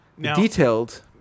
Detailed